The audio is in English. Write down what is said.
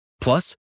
Plus